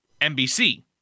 nbc